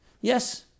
Yes